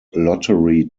lottery